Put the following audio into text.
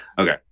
Okay